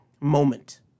moment